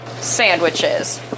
sandwiches